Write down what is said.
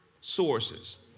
sources